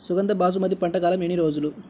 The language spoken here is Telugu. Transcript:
సుగంధ బాసుమతి పంట కాలం ఎన్ని రోజులు?